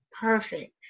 perfect